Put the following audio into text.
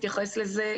התייחס לזה,